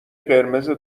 قرمز